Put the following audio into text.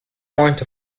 point